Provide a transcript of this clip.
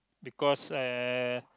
because uh